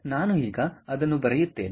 ಆದ್ದರಿಂದ ನಾನು ಈಗ ಅದನ್ನು ಬರೆಯುತ್ತೇನೆ